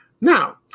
Now